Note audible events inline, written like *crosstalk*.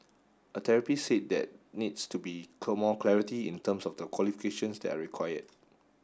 a therapist said that needs to be *unintelligible* more clarity in terms of the qualifications that are required